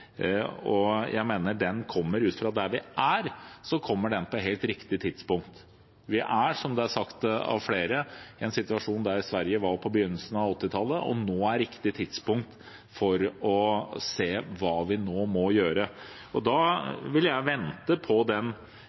Jeg mener at ut fra der vi er, kommer den på helt riktig tidspunkt. Vi er, som det er sagt av flere, i samme situasjon som Sverige var i på begynnelsen av 1980-tallet, og nå er det riktige tidspunktet for å se hva vi må gjøre. Da vil jeg vente på